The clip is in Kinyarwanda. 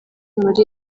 muri